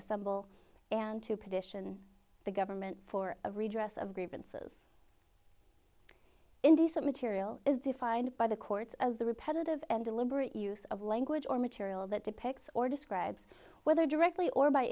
assemble and to petition the government for a redress of grievances indecent material is defined by the courts as the repetitive and deliberate use of language or material that depicts or describes whether directly or by